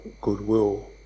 goodwill